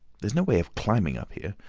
there's no way of climbing up here?